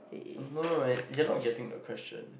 no no right you are not getting the question